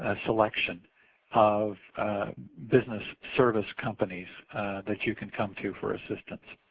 ah selection of business service companies that you can come to for assistance.